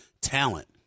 talent